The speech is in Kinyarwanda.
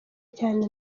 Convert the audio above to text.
cyane